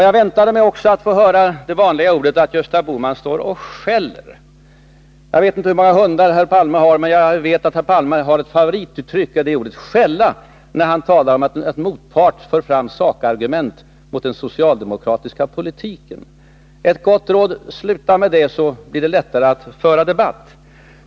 Jag väntade mig också det vanliga uttrycket att Gösta Bohman ”står och skäller”. Jag vet inte hur många hundar herr Palme har, men jag vet att herr Palme har ett favorituttryck, och det är ordet ”skälla” när han talar om att motparten för fram sakargument mot den socialdemokratiska politiken. Ett gott råd: Sluta med det så blir det lättare att föra debatt!